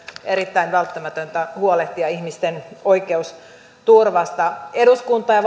erittäin välttämätöntä huolehtia ihmisten oikeusturvasta eduskunta ja